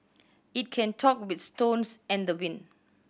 it can talk with stones and the wind